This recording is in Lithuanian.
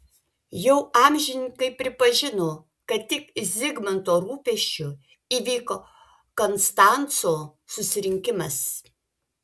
jau amžininkai pripažino kad tik zigmanto rūpesčiu įvyko konstanco susirinkimas